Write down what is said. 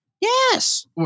Yes